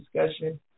discussion